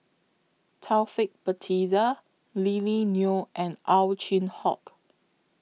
Taufik Batisah Lily Neo and Ow Chin Hock